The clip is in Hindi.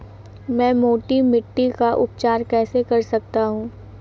मैं मोटी मिट्टी का उपचार कैसे कर सकता हूँ?